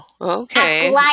Okay